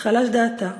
חלש דעתה,